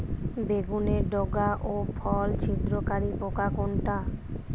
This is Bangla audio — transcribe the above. বেগুনের ডগা ও ফল ছিদ্রকারী পোকা কোনটা?